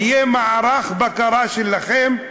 ויהיה מערך בקרה שלכם,